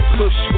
push